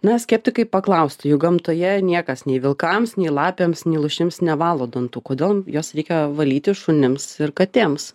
na skeptikai paklaustų juk gamtoje niekas nei vilkams nei lapėms nei lūšims nevalo dantų kodėl juos reikia valyti šunims ir katėms